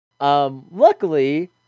Luckily